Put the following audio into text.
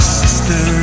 sister